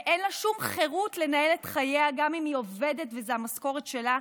ואין לה שום חירות לנהל את חייה גם אם היא עובדת וזאת המשכורת שלה,